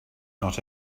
not